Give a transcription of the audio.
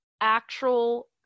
actual